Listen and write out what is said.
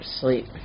sleep